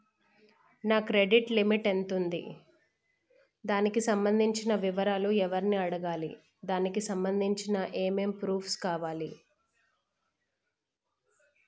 నా credit limit ఎంత ఉంది? దానికి సంబంధించిన వివరాలు ఎవరిని అడగాలి? దానికి సంబంధించిన ఏమేం ప్రూఫ్స్ కావాలి?